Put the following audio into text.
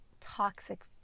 toxic